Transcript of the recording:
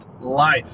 Life